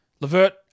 Levert